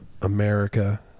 America